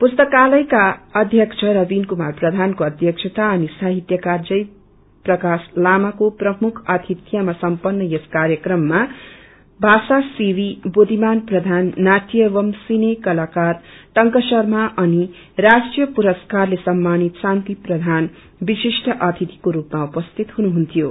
पुस्ताकयका अध्यक्ष रवीन कुमार प्रधानको अध्यक्षता अनि साहित्यकार जय प्रकाश लामाको प्रमुख अतिथ्यमा सम्पन्न यस र्कयक्रममा भाषासेवी बुद्धिमा प्रबान नाटय एवं सिने कलाकार टंक शर्मा अनि राष्ट्रिय पुरस्कारले सम्मानित शान्ति प्रधान विशिष्ट अतिथिको स्पमा उपस्थित हुनुहुन्थ्यो